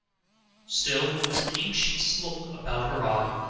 still, there was an anxious look about her eye,